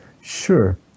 Sure